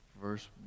verse